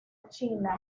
china